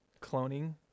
cloning